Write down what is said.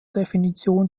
definition